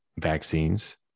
vaccines